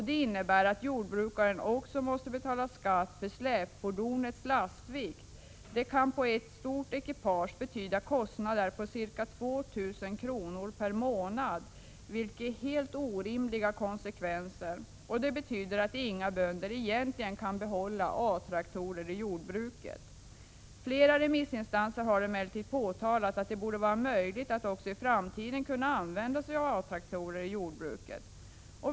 Det innebär att jordbrukaren måste betala skatt även för släpfordonets lastvikt. Detta kan för ett stort ekipage betyda kostnader på ca 2 000 kr. per månad, vilket är helt orimliga konsekvenser. Det betyder att egentligen inga bönder kan behålla A traktorer i jordbruket. , Flera remissinstanser har emellertid påtalat att det borde vara möjligt att också i framtiden kunna använda sig av A-traktorer i jordbruket.